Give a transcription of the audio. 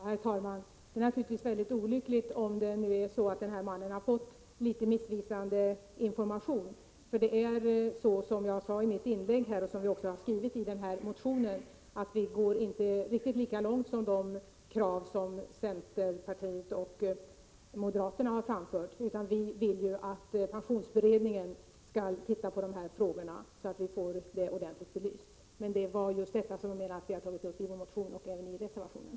Herr talman! Det är naturligtvis olyckligt om den här mannen har fått litet missvisande information. Vi går inte — som jag sade i mitt inlägg och som vi också har skrivit i motionen — riktigt lika långt som centerpartiet och moderaterna har krävt att man skall göra, utan vi vill att pensionsberedningen skall se över dessa frågor, så att vi får dem ordentligt belysta. Det är just detta vi har sagt både i vår motion och i reservationen.